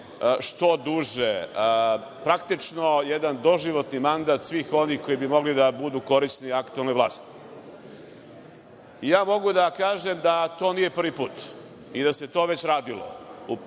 što duže, praktično jedan doživotni mandat svih ovih koji bi mogli da budu korisni aktuelnoj vlasti. Mogu da kažem da to nije prvi put i da se to već radilo